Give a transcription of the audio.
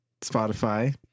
Spotify